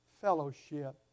fellowship